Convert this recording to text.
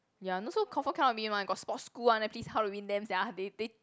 ya not so confirm cannot win one got sports school one eh please how to win them sia they they